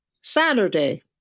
Saturday